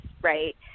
right